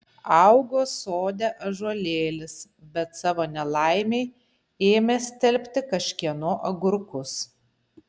augo sode ąžuolėlis bet savo nelaimei ėmė stelbti kažkieno agurkus